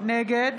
נגד